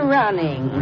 running